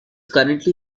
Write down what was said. currently